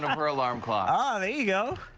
her alarm clock. ah there you go.